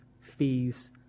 fees